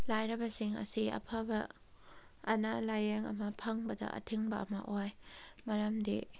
ꯂꯥꯏꯔꯕꯁꯤꯡ ꯑꯁꯤ ꯑꯐꯕ ꯑꯅꯥ ꯂꯥꯏꯌꯦꯡ ꯑꯃ ꯐꯪꯕꯗ ꯑꯊꯤꯡꯕ ꯑꯃ ꯑꯣꯏ ꯃꯔꯝꯗꯤ